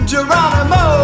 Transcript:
Geronimo